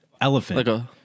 elephant